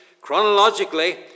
chronologically